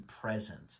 present